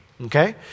okay